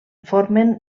formen